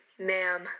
ma'am